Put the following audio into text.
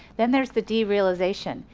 then there's the derealization,